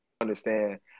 Understand